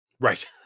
Right